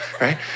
right